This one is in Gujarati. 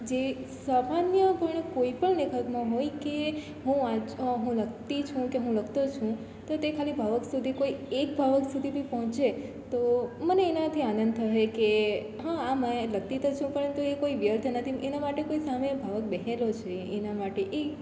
જે સામાન્યપણે કોઈપણ લેખકમાં હોય કે હું વંચ હું લખતી છું કે હું લખતો છું તો તે ખાલી ભાવક સુધી કોઈ એક ભાવક સુધી બી પહોંચે તો મને એનાથી આનંદ થશે કે હા આ મેં લખતી તો છું પરંતુ એ કોઈ વ્યર્થ નથી એના માટે કોઈ સામે ભાવક બેઠેલો છે એના માટે એ